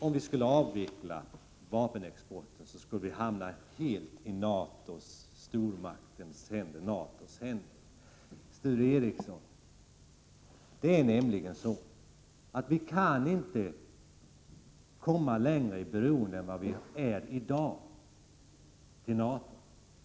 Om vi skulle avveckla vapenexporten skulle vi hamna helt i stormakten NATO:s händer. Sture Ericson, vi kan inte komma i mer beroende av NATO än vi är i dag.